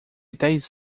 dez